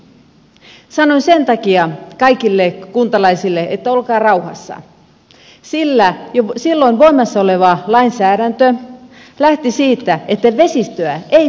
sanoin sen takia kaikille kuntalaisille että olkaa rauhassa sillä jo silloin voimassa oleva lainsäädäntö lähti siitä että vesistöä ei saa pilata